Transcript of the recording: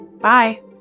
bye